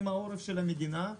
הם העורף של המדינה,